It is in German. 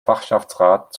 fachschaftsrat